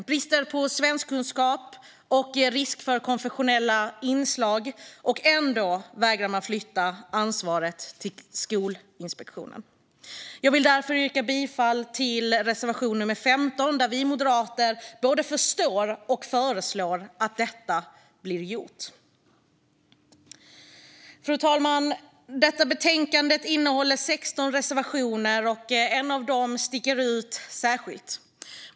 Det är brister när det gäller svenskkunskap, och det finns risk för konfessionella inslag. Ändå vägrar man att flytta ansvaret till Skolinspektionen. Jag vill därför yrka bifall till reservation 15, där vi moderater både förstår detta och föreslår att det blir gjort. Fru talman! Detta betänkande innehåller 16 reservationer. En av dem sticker ut särskilt.